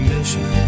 Mission